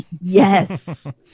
Yes